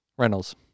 Reynolds